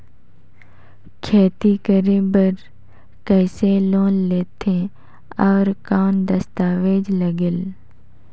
खेती करे बर कइसे लोन लेथे और कौन दस्तावेज लगेल?